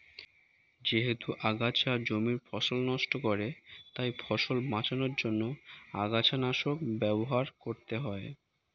যেহেতু আগাছা জমির ফসল নষ্ট করে তাই ফসল বাঁচানোর জন্য আগাছানাশক ব্যবহার করতে হয়